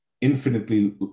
infinitely